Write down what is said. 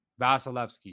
Vasilevsky